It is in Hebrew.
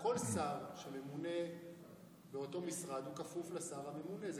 על כל שר שממונה באותו משרד, הוא כפוף לשר הממונה.